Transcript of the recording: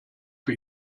für